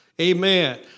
Amen